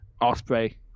Osprey